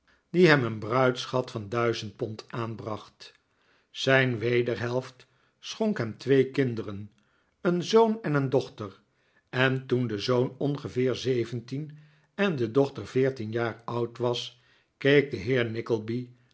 die hem een bruidsschat van duizend pond aanbracht zijn wederhelft schonk hem twee kinderen een zoon en een dochter en toen de zoon ongeveer zeventien en de dochter veertien jaar oud was keek de heer